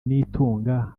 nitunga